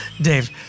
Dave